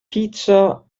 pizza